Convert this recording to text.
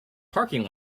parking